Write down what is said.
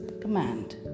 command